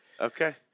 Okay